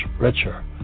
richer